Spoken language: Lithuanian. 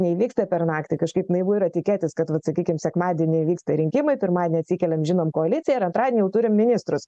neįvyksta per naktį kažkaip naivu yra tikėtis kad vat sakykim sekmadienį vyksta rinkimai pirmadienį atsikeliam žinom koaliciją ir antradienį jau turim ministrus